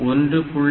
7 port 1